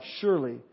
surely